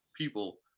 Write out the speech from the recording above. people